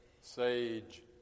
sage